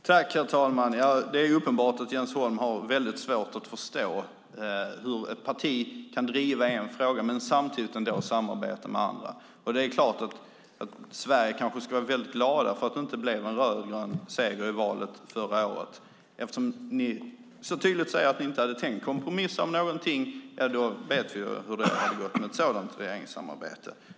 Herr talman! Det är uppenbart att Jens Holm har svårt att förstå hur ett parti kan driva en fråga och samtidigt samarbeta med andra. Sverige kanske ska glädjas åt att det inte blev en rödgrön seger i valet förra året. Eftersom ni så tydligt säger att ni inte tänker kompromissa om någonting vet vi hur det hade gått med ett sådant regeringssamarbete.